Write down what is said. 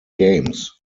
games